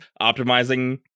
optimizing